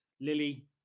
lily